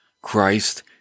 Christ